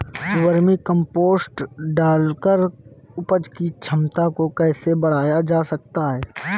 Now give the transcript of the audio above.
Vermi compost डालकर उपज की क्षमता को कैसे बढ़ाया जा सकता है?